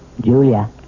Julia